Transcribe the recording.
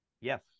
Yes